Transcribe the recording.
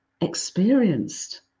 experienced